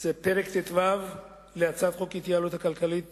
הוא פרק ט"ו להצעת חוק ההתייעלות הכלכלית